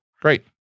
Great